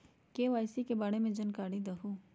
KYC के बारे में जानकारी दहु?